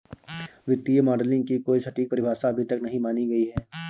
वित्तीय मॉडलिंग की कोई सटीक परिभाषा अभी तक नहीं मानी गयी है